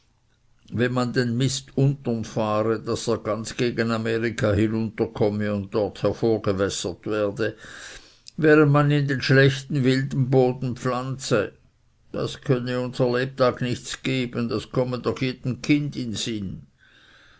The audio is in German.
wenn man den mist untern fahre daß er ganz gegen amerika hinunterkomme und dort hervorgewässert werde während man in den schlechten wilden boden pflanze das könne unser lebtag nichts geben das komme doch jedem kind in sinn